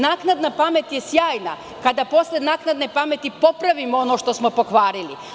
Naknadna pamet je sjajna, kada posle naknadne pameti popravimo ono što smo pokvarili.